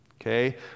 Okay